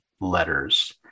letters